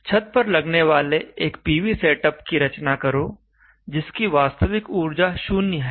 छत पर लगने वाले एक पीवी सेटअप की रचना करो जिसकी वास्तविक ऊर्जा शून्य है